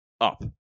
up